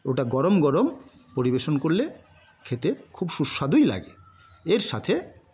ওটা গরম গরম পরিবেশন করলে খেতে খুব সুস্বাদুই লাগে এর সাথে